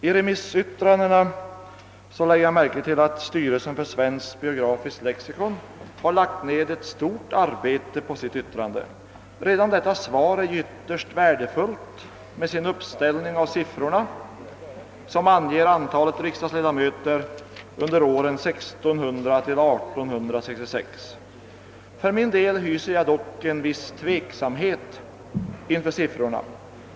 I remissyttrandena lägger man märke till att styrelsen för Svenskt biografiskt lexikon lagt ned ett stort arbete på sitt yttrande. Redan detta svar är ytterst värdefullt med sin uppställning av siffror, som anger antalet riksdagsledamöter under åren 1600—1866. För min del hyser jag dock en viss tveksamhet inför siffrorna.